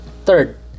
Third